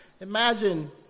imagine